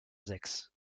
sechs